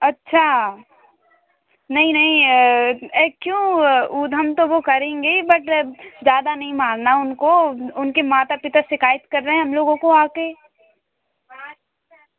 अच्छा नहीं नहीं क्यों ऊधम तो वे करेंगे ही बट ज़्यादा नहीं मारना उनको उनके माता पिता शिकायत कर रहे हैं हम लोगों को आकर